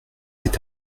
s’est